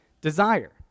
desire